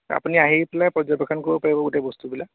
আপুনি আহি পেলাই পৰ্যবেক্ষণ কৰিব পাৰিব গোটেই বস্তুবিলাক